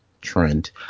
Trent